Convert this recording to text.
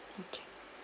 okay